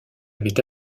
avait